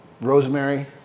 rosemary